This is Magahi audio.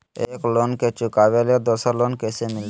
एक लोन के चुकाबे ले दोसर लोन कैसे मिलते?